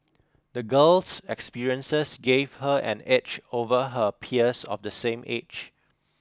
the girl's experiences gave her an edge over her peers of the same age